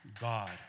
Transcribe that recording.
God